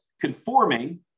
conforming